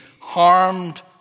harmed